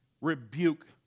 rebuke